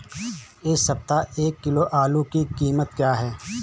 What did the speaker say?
इस सप्ताह एक किलो आलू की कीमत क्या है?